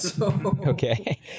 Okay